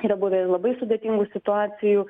yra buvę ir labai sudėtingų situacijų